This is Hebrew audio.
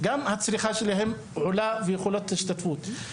הצריכה שלהם עולה וגם יכולת ההשתתפות.